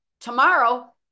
Tomorrow